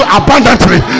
abundantly